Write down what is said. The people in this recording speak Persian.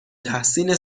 تحسین